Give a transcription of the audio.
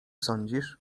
sądzisz